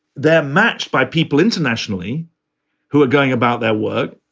they're matched by people internationally who are going about their work,